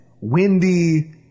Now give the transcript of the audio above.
windy